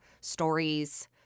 stories